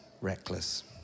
reckless